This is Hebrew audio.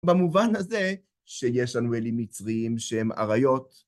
במובן הזה שיש לנו אלים מצריים שהם אריות.